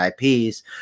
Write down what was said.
IPs